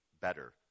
better